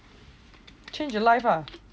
change your life ah